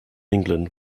england